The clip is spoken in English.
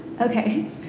Okay